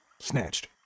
Snatched